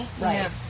right